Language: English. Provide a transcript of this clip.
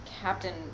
Captain